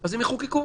אז יחוקקו.